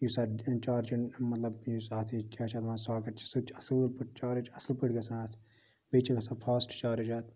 یُس اَتھ چارجر مَطلَب یُس اَتھ یہِ کیٛاہ چھِ اتھ وَنان ساکیٚٹ سُہ تہِ چھُ اصٕل پٲٹھۍ چارٕج گژھان اَتھ بیٚیہِ چھُ گژھان فاسٹ چارٕج اَتھ